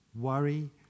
Worry